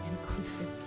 Inclusive